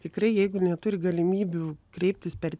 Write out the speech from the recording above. tikrai jeigu neturi galimybių kreiptis per